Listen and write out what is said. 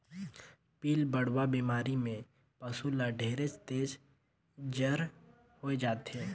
पिलबढ़वा बेमारी में पसु ल ढेरेच तेज जर होय जाथे